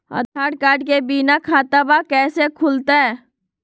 आधार card के बिना खाताबा कैसे खुल तय?